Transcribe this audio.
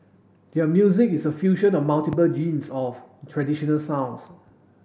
their music is a fusion of multiple genres of traditional sounds